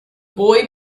boy